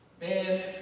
man